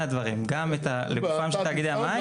הדברים: גם לגופם של תאגידי המים --- אין בעיה.